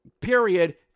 period